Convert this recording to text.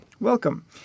Welcome